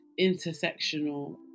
intersectional